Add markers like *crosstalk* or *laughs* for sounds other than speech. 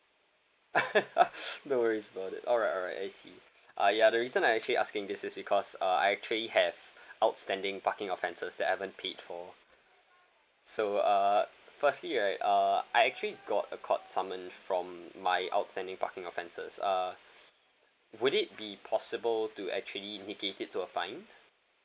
*laughs* *breath* no worries about it alright alright I see uh ya the reason I actually asking this is because uh I actually have outstanding parking offenses that I haven't paid for so uh firstly right uh I actually got a court summon from my outstanding parking offenses uh would it be possible to actually negate it to a fine